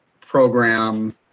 program